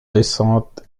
descente